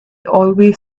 always